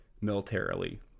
militarily